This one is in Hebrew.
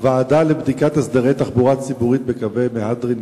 הוועדה לבדיקת הסדרי תחבורה ציבורית בקווי מהדרין